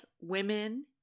women